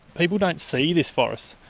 people don't see this forest,